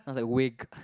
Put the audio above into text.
not that weak